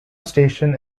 station